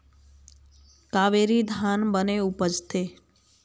कावेरी धान बने उपजथे?